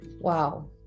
Wow